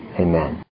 Amen